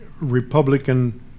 Republican